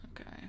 okay